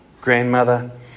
grandmother